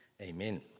Amen